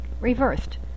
reversed